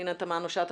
פנינה תמנו שטה,